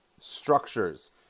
structures